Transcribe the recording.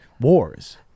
wars